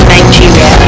Nigeria